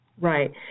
Right